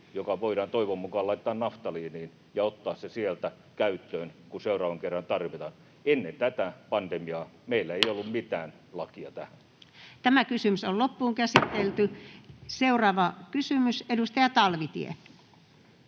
joka voidaan toivon mukaan laittaa naftaliiniin ja ottaa se sieltä käyttöön, kun seuraavan kerran tarvitaan. Ennen tätä pandemiaa meillä ei ollut mitään lakia tähän. Seuraava kysymys, edustaja Talvitie.